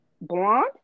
blonde